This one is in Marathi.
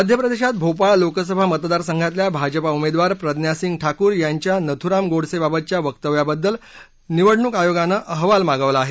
मध्य प्रदेशात भोपाळ लोकसभा मतदारसंघातल्या भाजपा उमेदवार प्रज्ञा सिंह ठाकूर यांच्या नथूराम गोडसेबाबतच्या वादग्रस्त वक्तव्याबद्दल निवडणूक आयोगानं अहवाल मागवला आहे